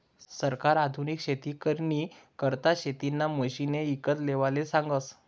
सरकार आधुनिक शेती करानी करता शेतीना मशिने ईकत लेवाले सांगस